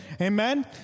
Amen